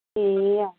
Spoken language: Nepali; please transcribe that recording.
ए